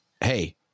Hey